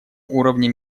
уровне